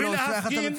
איך אתה מזמין?